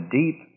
deep